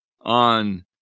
on